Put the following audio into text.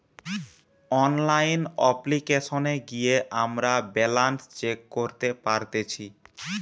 online অপ্লিকেশনে গিয়ে আমরা ব্যালান্স চেক করতে পারতেচ্ছি